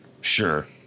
Sure